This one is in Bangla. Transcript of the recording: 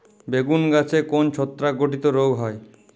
বেগুন গাছে কোন ছত্রাক ঘটিত রোগ হয়?